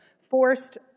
forced